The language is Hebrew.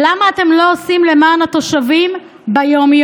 למה אתם לא עושים למען התושבים ביום-יום?